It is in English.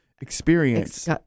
Experience